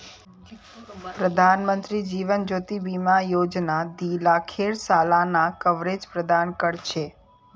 प्रधानमंत्री जीवन ज्योति बीमा योजना दी लाखेर सालाना कवरेज प्रदान कर छे